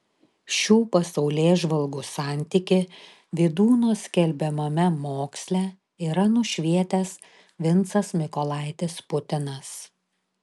šių pasaulėžvalgų santykį vydūno skelbiamame moksle yra nušvietęs vincas mykolaitis putinas